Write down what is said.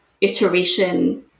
Iteration